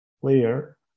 player